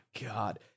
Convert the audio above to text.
god